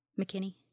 McKinney